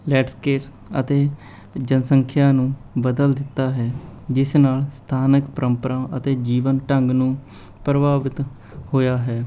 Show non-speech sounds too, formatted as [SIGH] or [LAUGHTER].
[UNINTELLIGIBLE] ਅਤੇ ਜਨਸੰਖਿਆਂ ਨੂੰ ਬਦਲ ਦਿੱਤਾ ਹੈ ਜਿਸ ਨਾਲ਼ ਸਥਾਨਕ ਪਰੰਪਰਾਂ ਅਤੇ ਜੀਵਨ ਢੰਗ ਨੂੰ ਪ੍ਰਭਾਵਿਤ ਹੋਇਆ ਹੈ